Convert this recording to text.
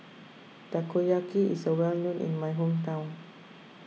Takoyaki is well known in my hometown